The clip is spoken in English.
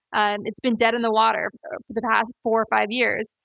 ah it's been dead in the water for the past four or five years,